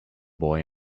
boy